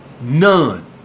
none